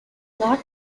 not